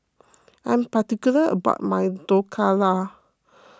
I am particular about my Dhokla